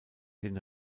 den